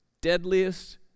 Deadliest